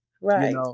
Right